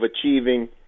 achieving